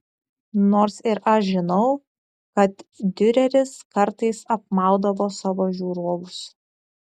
nors ir aš žinau kad diureris kartais apmaudavo savo žiūrovus